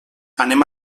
anem